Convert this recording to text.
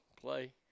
Play